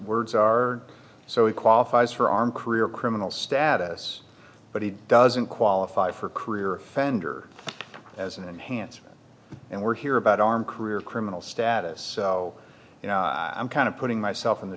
words are so he qualifies for armed career criminal status but he doesn't qualify for career offender as an enhancement and we're here about armed career criminal status so you know i'm kind of putting myself in the